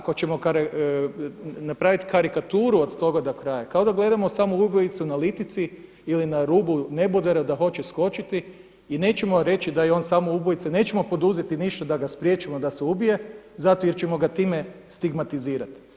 Ako ćemo napraviti karikaturu od toga do kraja, kao da gledamo samo ubojicu na litici ili na rubu nebodera da hoće skočiti i nećemo reći da je on samo ubojica, nećemo poduzeti ništa da ga spriječimo da se ubije zato jer ćemo ga time stigmatizirati.